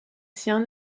siens